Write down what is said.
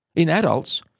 in adults,